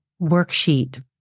worksheet